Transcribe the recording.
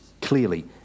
clearly